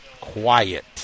quiet